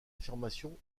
affirmation